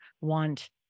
want